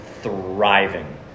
thriving